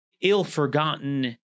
ill-forgotten